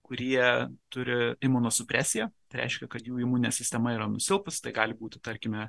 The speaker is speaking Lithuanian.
kurie turi imunosupresiją reiškia kad jų imuninė sistema yra nusilpusi tai gali būti tarkime